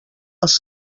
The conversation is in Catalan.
els